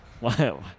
Wow